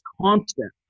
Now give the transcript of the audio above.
constant